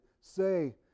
say